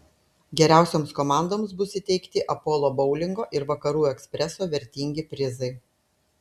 geriausioms komandoms bus įteikti apolo boulingo ir vakarų ekspreso vertingi prizai